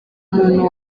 muntu